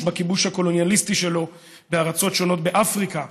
בכיבוש הקולוניאליסטי שלו בארצות שונות באפריקה,